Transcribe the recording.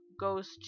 goes